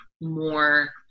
more